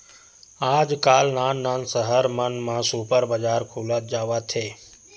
आजकाल नान नान सहर मन म सुपर बजार खुलत जावत हे